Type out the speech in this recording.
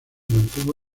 mantuvo